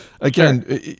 again